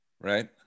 Right